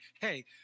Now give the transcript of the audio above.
hey